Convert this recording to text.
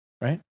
right